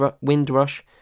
Windrush